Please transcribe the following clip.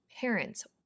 parents